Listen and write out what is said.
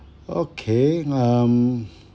okay um